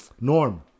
Norm